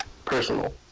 Personal